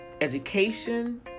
education